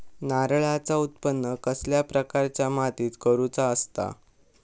नारळाचा उत्त्पन कसल्या प्रकारच्या मातीत करूचा असता?